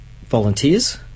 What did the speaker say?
volunteers